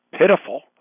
pitiful